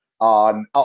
on